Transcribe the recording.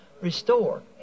restore